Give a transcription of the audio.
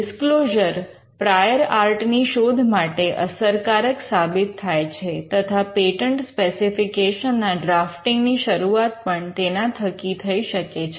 disclosure prior art ની શોધ માટે અસરકારક સાબિત થાય છે તથા પેટન્ટ સ્પેસિફિકેશન ના ડ્રાફ્ટિંગ ની શરૂઆત પણ તેના થકી થઈ શકે છે